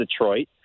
Detroit